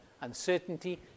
uncertainty